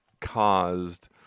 caused